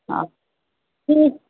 हँ ठीक